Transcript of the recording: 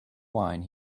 wine